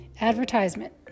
Advertisement